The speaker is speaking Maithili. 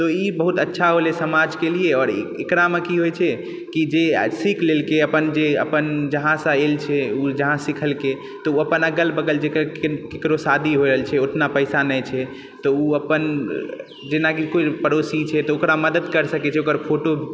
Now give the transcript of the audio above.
तऽ ई बहुत अच्छा होलय समाजके लिए आओर एकरामे की होइत छै कि जे सीख लेलकय अपन जे अपन जहाँसँ आयल छै जहाँ सिखलकय तऽ ओ अपन अगल बगल जेकर कि केकरो शादी होइत रहल छै ओतना पैसा नहि छै तऽ ओ अपन जेनाकि कोइ पड़ोसी छै तऽ ओकरा मदद करि सकैत छै ओकर फोटो